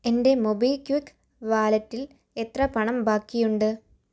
എൻ്റെ മൊബിക്വിക്ക് വാലറ്റിൽ എത്ര പണം ബാക്കിയുണ്ട്